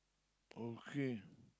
okay